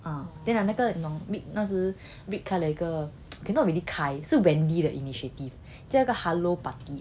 oh then 那个 vick 那时 vick 开了个 okay not really 开是 wendy 的 initiative 这个 hello party